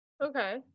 Okay